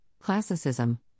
classicism